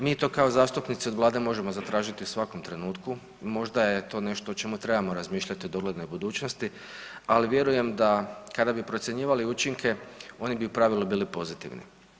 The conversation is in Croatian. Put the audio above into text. Mi to kao zastupnici od vlade možemo zatražiti u svakom trenutku, možda je to nešto o čemu trebamo razmišljati u doglednoj budućnosti, ali vjerujem da kada bi procjenjivali učinke oni bi u pravilu bili pozitivni.